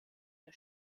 der